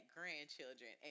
grandchildren